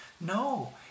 No